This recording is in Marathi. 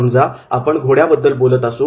समजा आपण घोड्याबद्दल बोलत असू